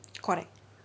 correct